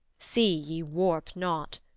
see ye warp not.